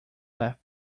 left